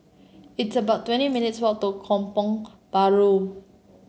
it's about twenty minutes' walk to Kampong Bahru